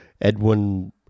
Edwin